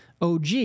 OG